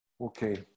Okay